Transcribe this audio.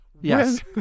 Yes